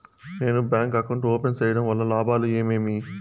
నేను bank account open సేయడం వల్ల లాభాలు ఏమేమి?